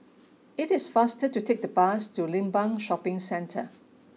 it is faster to take the bus to Limbang Shopping Centre